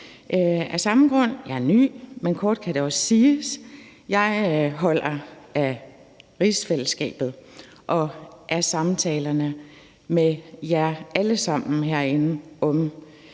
jeg er ny. Men kort kan jeg dog sige, at jeg holder af rigsfællesskabet og af samtalerne med jer alle